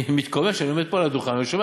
אני מתקומם כשאני עומד פה על הדוכן ושומע